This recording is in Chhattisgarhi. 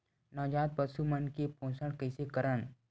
नवजात पशु मन के पोषण कइसे करन?